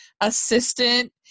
assistant